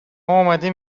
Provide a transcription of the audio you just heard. اومدیم